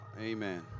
Amen